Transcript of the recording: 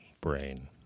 brain